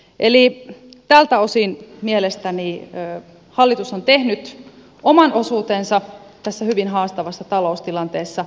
eli tältä osin mielestäni hallitus on tehnyt oman osuutensa tässä hyvin haastavassa taloustilanteessa